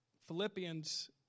Philippians